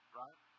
right